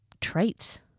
traits